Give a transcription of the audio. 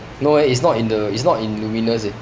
no eh it's not in the it's not in lumiNUS eh